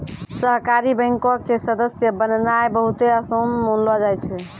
सहकारी बैंको के सदस्य बननाय बहुते असान मानलो जाय छै